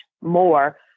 more